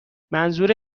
منظور